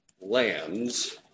lands